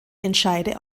entscheide